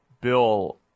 Bill